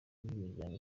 imiryango